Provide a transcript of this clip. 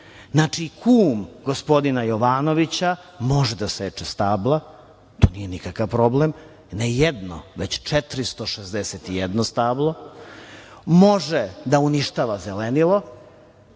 aršine. Znači, kum gospodina Jovanović može da seče stabla, to nije nikakav problem, ne jedno, već 461 stablo, može da uništava zelenilo,